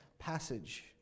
passage